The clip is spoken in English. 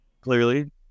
Clearly